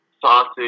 sausage